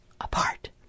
apart